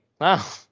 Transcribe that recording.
wow